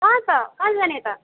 कहाँ त कहाँ जाने त